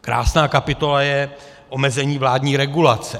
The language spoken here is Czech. Krásná kapitola je Omezení vládní regulace.